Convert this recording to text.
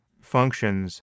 functions